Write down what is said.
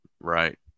Right